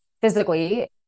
physically